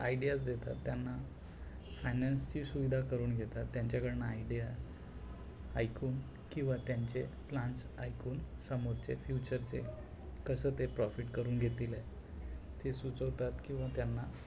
ideas देतात त्यांना फायनान्सची सुविधा करून घेतात त्यांच्याकडनं आयडिया ऐकून किंवा त्यांचे प्लान्स ऐकून समोरचे फ्युचरचे कसं ते प्रॉफिट करून घेतील आहे ते सुचवतात किंवा त्यांना